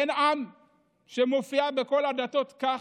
אין עם שמופיע בכל הדתות ככה.